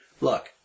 look